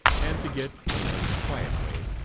and to get, in a quiet way,